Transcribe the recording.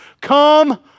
come